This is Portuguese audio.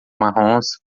marrons